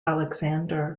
aleksandr